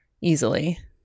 easily